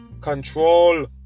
control